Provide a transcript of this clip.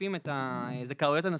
מוסיפים את הזכאויות הנוספות,